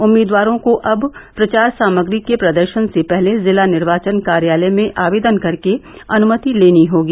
उम्मीदवारों को अब प्रचार सामग्री के प्रदर्षन से पहले जिला निर्वाचन कार्यालय में आवेदन कर के अनुमति लेनी होगी